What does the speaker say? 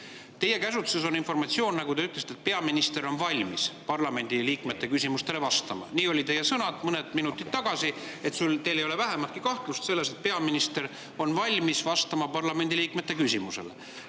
Teie käsutuses on informatsioon, nagu te ütlesite, et peaminister on valmis parlamendiliikmete küsimustele vastama. Nii olid teie sõnad mõned minutid tagasi, et teil ei ole vähimatki kahtlust selles, et peaminister on valmis vastama parlamendiliikmete küsimustele.